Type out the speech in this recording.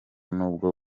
nubwo